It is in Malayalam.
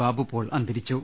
ബാബുപോൾ അന്ത രിച്ചു